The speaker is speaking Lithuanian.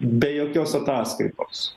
be jokios ataskaitos